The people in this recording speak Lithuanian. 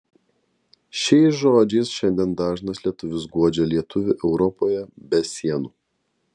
šiais žodžiais šiandien dažnas lietuvis guodžia lietuvį europoje be sienų